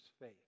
faith